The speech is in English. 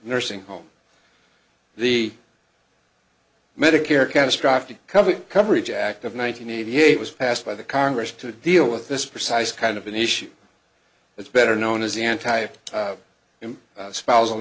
nursing home the medicare catastrophic coverage coverage act of one nine hundred eighty eight was passed by the congress to deal with this precise kind of an issue it's better known as the anti him spousal